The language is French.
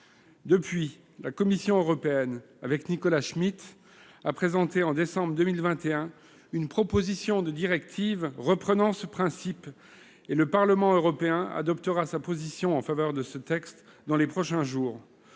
Depuis, la Commission européenne, sous l'impulsion de Nicolas Schmit, a présenté au mois de décembre 2021 une proposition de directive reprenant ce principe, et le Parlement européen adoptera une position en faveur de ce texte dans les prochains jours.